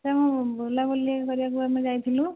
sir ମୁଁ ବୁଲାବୁଲି କରିବାକୁ ଆମେ ଯାଇଥିଲୁ